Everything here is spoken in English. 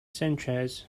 sanchez